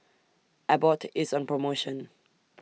Abbott IS on promotion